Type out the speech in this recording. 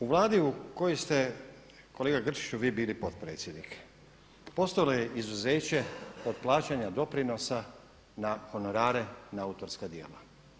U vladi u kojoj ste kolega Grčić vi bili potpredsjednik postalo je izuzeće od plaćanja doprinosa na honorare na autorska djela.